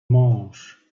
mąż